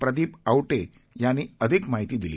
प्रदीप आवटे यांनी अधिक माहिती दिली